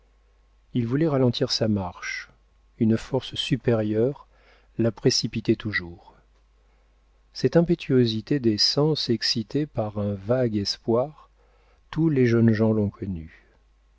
il voulait ralentir sa marche une force supérieure la précipitait toujours cette impétuosité des sens excitée par un vague espoir tous les jeunes gens l'ont connue